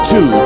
Two